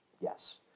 Yes